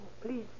please